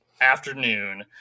afternoon